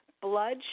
blood